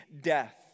death